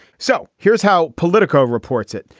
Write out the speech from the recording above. so here's how politico reports it.